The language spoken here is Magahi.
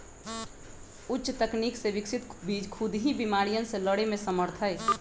उच्च तकनीक से विकसित बीज खुद ही बिमारियन से लड़े में समर्थ हई